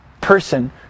person